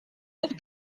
noch